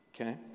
Okay